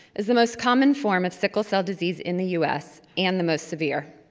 is the most common form of sickle cell disease in the u s, and the most severe.